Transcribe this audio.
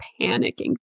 panicking